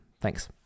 Thanks